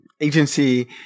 agency